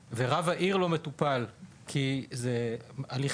וכדומה) ורב העיר לא מטופל כי זה הליך